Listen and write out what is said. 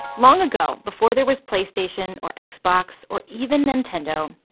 long ago, before there was playstation, or xbox, or even nintendo,